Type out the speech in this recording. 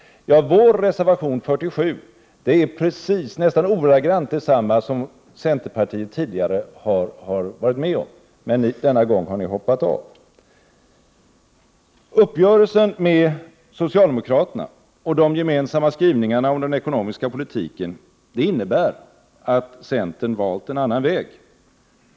Innehållet i vår reservation 47 är nästan ordagrant detsamma som centerpartiet tidigare har ställt sig bakom, men denna gång har ni hoppat av. Uppgörelsen med socialdemokraterna och de gemensamma skrivningarna om den ekonomiska politiken innebär att centern valt en annan väg.